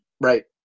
right